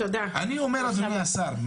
אני אומר אדוני השר,